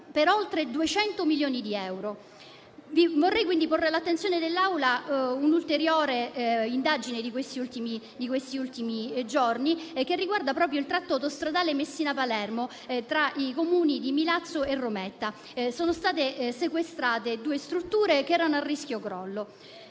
per oltre 200 milioni di euro. Vorrei porre all'attenzione dell'Aula una ulteriore indagine degli ultimi giorni che riguarda proprio il tratto autostradale Messina-Palermo, tra i comuni di Milazzo e Rometta. Sono state sequestrate due strutture che erano a rischio crollo.